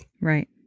Right